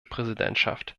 präsidentschaft